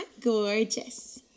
gorgeous